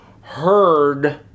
heard